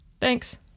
Thanks